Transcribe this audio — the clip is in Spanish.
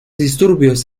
disturbios